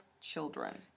children